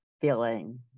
feeling